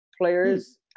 players